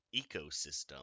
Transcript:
ecosystem